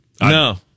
No